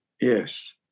Yes